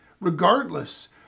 regardless